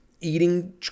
eating